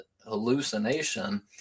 hallucination